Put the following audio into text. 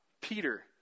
Peter